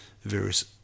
various